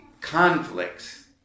conflicts